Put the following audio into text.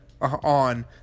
on